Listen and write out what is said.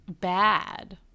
bad